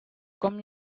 come